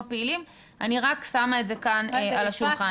אני רק שמה את זה על השולחן.